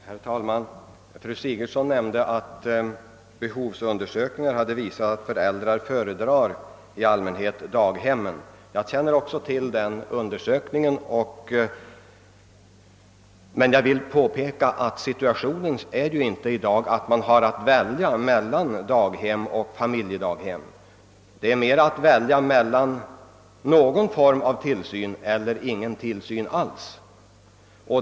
Herr talman! Fru Sigurdsen nämnde att behovsundersökningar visat att föräldrar i allmänhet föredrar barnstugor. Jag känner också till dessa :undersökningar. Men jag vill påpeka att :situationen i dag inte är en fråga om val: mellan barnstugor och familjedaghem. Den gäller snarare att välja mellan någon form av tillsyn eller ingen tillsyn alls.